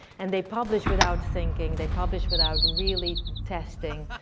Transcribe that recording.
and they publish without thinking, they publish without really testing.